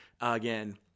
again